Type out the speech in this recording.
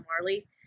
Marley